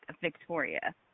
Victoria